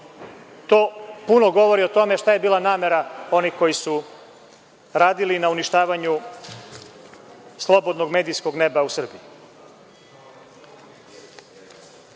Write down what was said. To puno govori o tome šta je bila namera onih koji su radili na uništavanju slobodnog medijskog neba u Srbiji. Još